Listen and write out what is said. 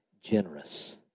generous